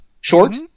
short